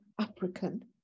African